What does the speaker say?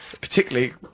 Particularly